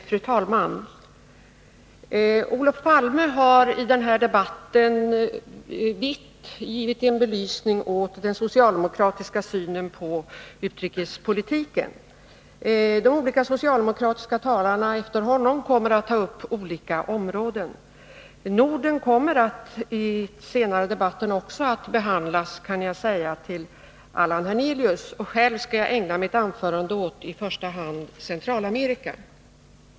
Fru talman! Olof Palme har i den här debatten vitt belyst den socialdemokratiska synen på utrikespolitiken. De olika socialdemokratiska talarna efter honom kommer att ta upp olika områden. Också Norden kommer senare i debatten att behandlas, kan jag säga till Allan Hernelius. Själv skall jag ägna mitt anförande åt i första hand Centralamerika.